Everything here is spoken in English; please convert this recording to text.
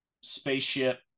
spaceship